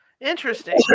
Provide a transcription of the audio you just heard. Interesting